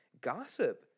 gossip